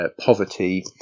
poverty